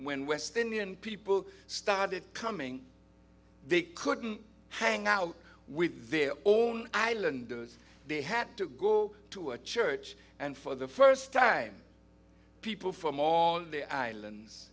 when west indian people started coming they couldn't hang out with their own islanders they had to go to a church and for the first time people from all the islands